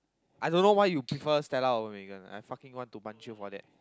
I don't know why you prefer Stella over Megan lah I fucking want to punch you for that